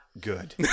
good